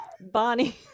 bonnie